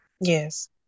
Yes